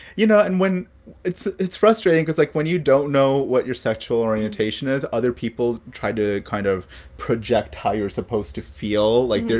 you know, and when it's it's frustrating because, like, when you don't know what your sexual orientation is, other people try to kind of project how you're supposed to feel. like,